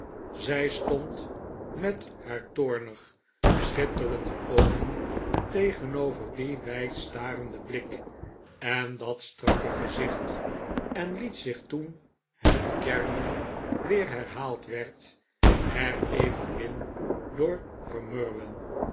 zij stond met haar toornig schitterende oogen tegenover dien wijd starenden blik en dat strakke gezicht en liet zich toen het kermen weer herhaald werd er evenmin door vermurwen